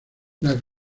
las